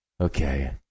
okay